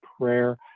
prayer